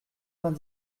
vingt